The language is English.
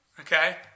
Okay